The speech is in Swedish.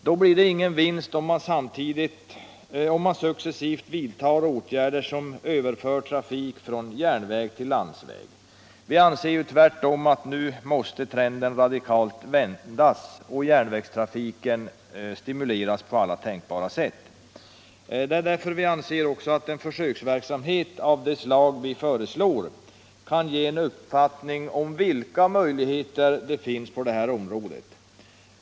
Då blir det ingen vinst om man successivt vidtar åtgärder som överför trafik från järnväg till landsväg. Vi anser tvärtom att trenden nu måste radikalt vändas och järnvägstrafiken stimuleras på alla tänkbara sätt. Vi anser också att en försöksverksamhet av det slag vi föreslår kan ge en uppfattning om vilka möjligheter som finns på detta område.